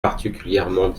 particulièrement